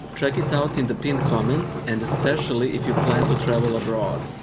track it down in the pinned comments and especially if you plan to travel abroad.